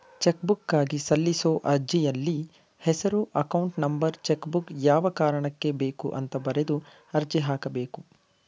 ಚೆಕ್ಬುಕ್ಗಾಗಿ ಸಲ್ಲಿಸೋ ಅರ್ಜಿಯಲ್ಲಿ ಹೆಸರು ಅಕೌಂಟ್ ನಂಬರ್ ಚೆಕ್ಬುಕ್ ಯಾವ ಕಾರಣಕ್ಕೆ ಬೇಕು ಅಂತ ಬರೆದು ಅರ್ಜಿ ಹಾಕಬೇಕು